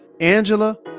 Angela